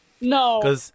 No